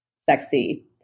sexy